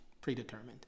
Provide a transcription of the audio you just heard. predetermined